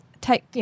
take